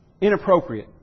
inappropriate